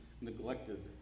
neglected